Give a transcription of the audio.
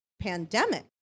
pandemic